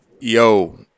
yo –